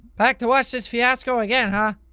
back to watch this fiasco again, huh?